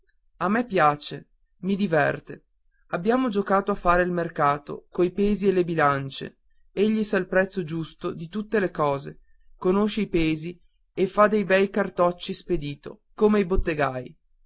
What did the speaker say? a me piace mi diverte abbiamo giocato a fare il mercato coi pesi e le bilancie egli sa il prezzo giusto di tutte le cose conosce i pesi e fa dei bei cartocci spedito come i bottegai